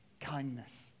kindness